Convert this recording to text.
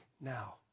now